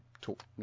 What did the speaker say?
talk